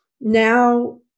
Now